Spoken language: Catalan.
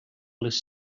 les